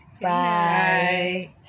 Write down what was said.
Bye